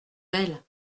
belle